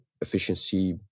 efficiency